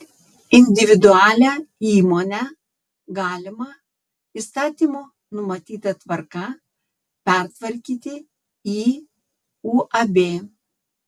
individualią įmonę galima įstatymų numatyta tvarka pertvarkyti į uab